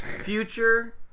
future